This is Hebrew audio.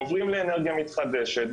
עוברים לאנרגיה מתחדשת,